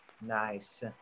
Nice